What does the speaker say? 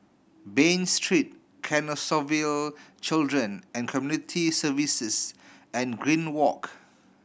Bain Street Canossaville Children and Community Services and Green Walk